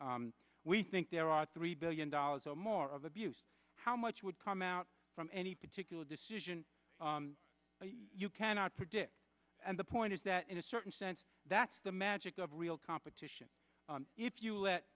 s we think there are three billion dollars or more of abuse how much would come out from any particular decision you cannot predict and the point is that in a certain sense that's the magic of real competition if you